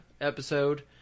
episode